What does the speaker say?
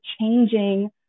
changing